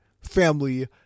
family